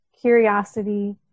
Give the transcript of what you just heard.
curiosity